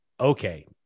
okay